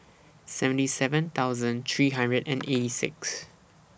seventy seven thousand three hundred and eighty six